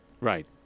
Right